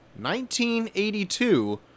1982